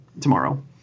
tomorrow